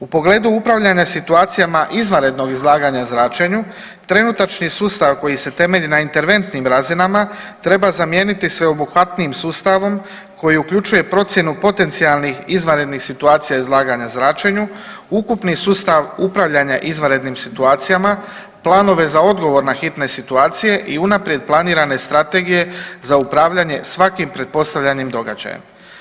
U pogledu upravljanja situacijama izvanrednog izlaganja zračenju trenutačni sustav koji se temelji na interventnim razinama treba zamijeniti sveobuhvatnim sustavom koji uključuje procjenu potencijalnih izvanrednih situacija izlaganja zračenju, ukupni sustav upravljanja izvanrednim situacijama, planove za odgovor na hitne situacije i unaprijed planirane strategije za upravljanje svakim pretpostavljenim događajem.